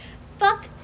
Fuck